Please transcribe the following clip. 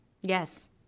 Yes